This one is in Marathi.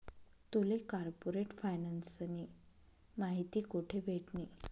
तुले कार्पोरेट फायनान्सनी माहिती कोठे भेटनी?